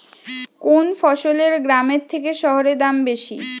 কোন ফসলের গ্রামের থেকে শহরে দাম বেশি?